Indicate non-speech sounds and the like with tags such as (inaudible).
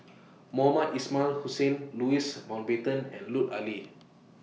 (noise) Mohamed Ismail Hussain Louis Mountbatten and Lut Ali